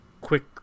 quick